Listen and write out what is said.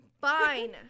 Fine